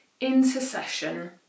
intercession